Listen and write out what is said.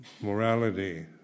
morality